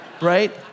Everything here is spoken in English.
Right